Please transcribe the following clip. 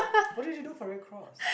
what did you do for red cross